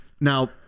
Now